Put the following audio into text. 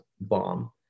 bomb